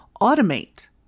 Automate